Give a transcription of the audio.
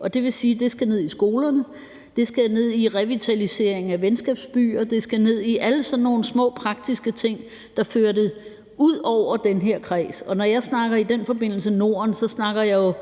Og det vil sige, at det skal ned i skolerne, det skal ned i revitaliseringen af venskabsbyer, det skal ned i alle sådan nogle små praktiske ting, der fører det ud over den her kreds. Og når jeg i den forbindelse snakker om Norden,